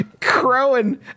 crowing